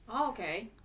okay